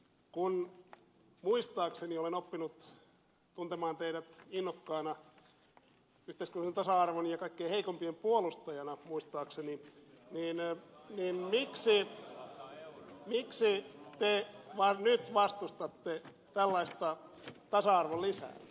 kun muistaakseni olen oppinut tuntemaan teidät innokkaana yhteiskunnallisen tasa arvon ja kaikkein heikoimpien puolustajana niin miksi te nyt vastustatte tällaista tasa arvon lisäämistä